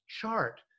chart